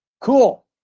Cool